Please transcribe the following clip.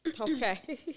Okay